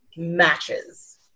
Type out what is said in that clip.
Matches